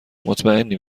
مطمیئنم